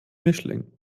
mischling